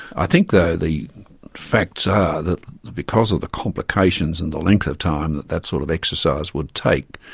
i think, though, the facts are that because of the complications and the length of time that that sort of exercise would take,